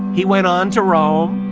he went on to rome,